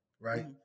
right